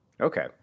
Okay